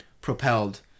propelled